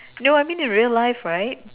no I mean in real life right